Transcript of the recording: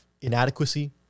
inadequacy